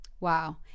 wow